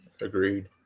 Agreed